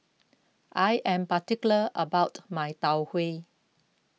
I am particular about my Tau Huay